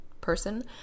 person